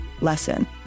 lesson